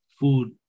food